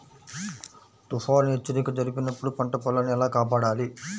తుఫాను హెచ్చరిక జరిపినప్పుడు పంట పొలాన్ని ఎలా కాపాడాలి?